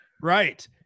Right